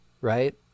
Right